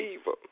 evil